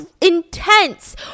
intense